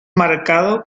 marcado